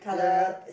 ya ya